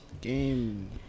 Game